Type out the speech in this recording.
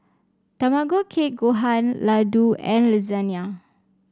Tamago Kake Gohan Ladoo and Lasagna